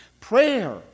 prayer